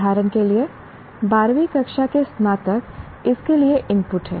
उदाहरण के लिए 12 वीं कक्षा के स्नातक इसके लिए इनपुट हैं